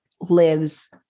lives